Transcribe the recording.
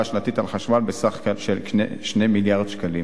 השנתית על חשמל בסך 2 מיליארד שקלים.